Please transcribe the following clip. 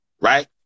right